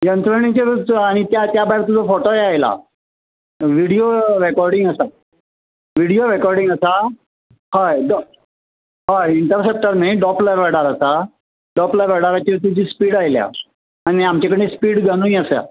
यंत्रणिचेरूच आनी त्या त्या भायर तुजो फॉटोय आसला विडियो रॅकोर्डींग आसा विडियो रॅकोर्डींग आसा हय हय इन्टरसॅप्टर न्ही डॉप्ल रडार आसा डॉप्ल रडाराचेर तुजी स्पीड आयल्या आनी आमचे कडेन स्पीड यनूय आसा